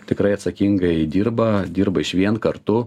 tikrai atsakingai dirba dirba išvien kartu